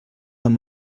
amb